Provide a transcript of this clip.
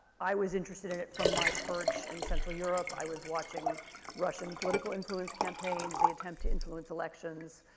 i was interested in it from my perch in central europe. i was watching russian political influence campaigns, the attempt to influence elections.